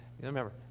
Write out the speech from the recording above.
Remember